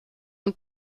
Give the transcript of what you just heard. und